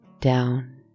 down